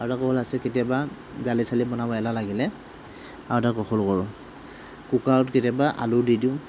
আৰু এটা কৌশল আছে কেতিয়াবা দালি চালি বনাব এলাহ লাগিলে আৰু এটা কৌশল কৰোঁ কুকাৰত কেতিয়াবা আলু দি দিওঁ